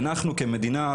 ואנחנו כמדינה,